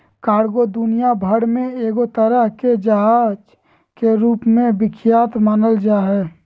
cargo दुनिया भर मे एगो तरह के जहाज के रूप मे विख्यात मानल जा हय